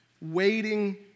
waiting